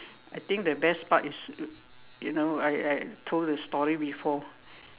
I think the best part is you know I I told the story before